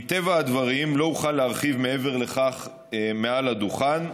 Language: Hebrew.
מטבע הדברים לא אוכל להרחיב מעבר לכך מעל הדוכן,